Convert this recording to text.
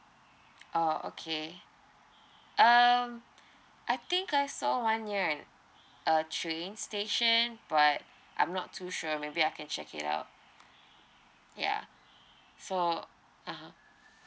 orh okay um I think I saw one year and uh training station but I'm not too sure maybe I can check it out ya so (uh huh)